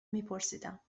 میپرسیدم